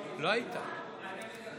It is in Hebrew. בעד שלמה קרעי,